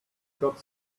got